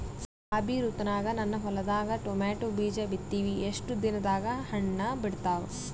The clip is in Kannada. ರಾಬಿ ಋತುನಾಗ ನನ್ನ ಹೊಲದಾಗ ಟೊಮೇಟೊ ಬೀಜ ಬಿತ್ತಿವಿ, ಎಷ್ಟು ದಿನದಾಗ ಹಣ್ಣ ಬಿಡ್ತಾವ?